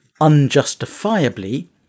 unjustifiably